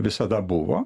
visada buvo